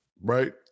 right